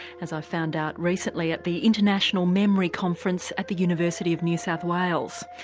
as i found out recently at the international memory conference at the university of new south wales.